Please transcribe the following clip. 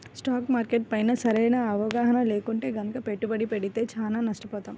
stock market పైన సరైన అవగాహన లేకుండా గనక పెట్టుబడి పెడితే చానా నష్టపోతాం